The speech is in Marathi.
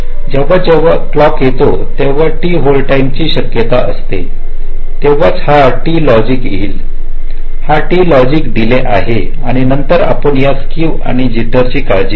जेव्हा जेव्हा क्लॉक येतो तेव्हा टी होल्ड टाईमची जी शक्यता असते तेव्हाच हा टी लॉजिक येईल हा टी लॉजिक डीले आहे आणि नंतर आपण या स्केव आणि जिटर ची काळजी घेऊ